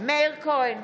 מאיר כהן,